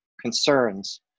concerns